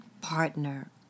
partner